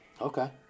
Okay